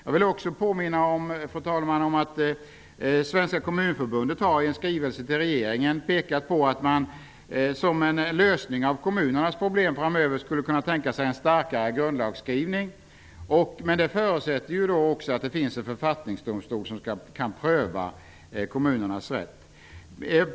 Jag vill också, fru talman, påminna om att Svenska kommunförbundet i en skrivelse till regeringen har påpekat att man som en lösning av kommunernas problem framöver skulle kunna tänka sig en starkare grundlagsskrivning. Men det förutsätter att det finns en författningsdomstol som kan pröva kommunernas rätt.